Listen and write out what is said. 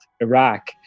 Iraq